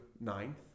ninth